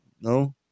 no